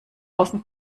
außen